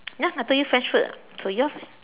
ya I told you French food [what] so yours